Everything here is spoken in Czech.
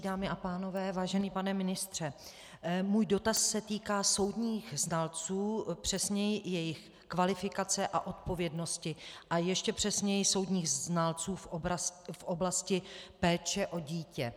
Dámy a pánové, vážený pane ministře, můj dotaz se týká soudních znalců, přesněji jejich kvalifikace a odpovědnosti, a ještě přesněji soudních znalců v oblasti péče o dítě.